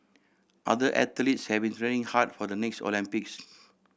other athletes have been training hard for the next Olympics